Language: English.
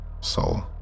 soul